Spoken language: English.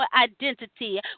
identity